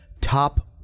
Top